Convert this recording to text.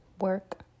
work